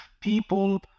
People